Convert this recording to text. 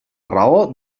raó